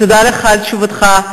תודה לך על תשובתך.